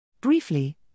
Briefly